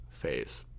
phase